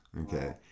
okay